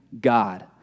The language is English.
God